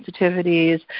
sensitivities